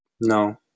no